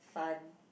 fun